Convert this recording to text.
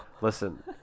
Listen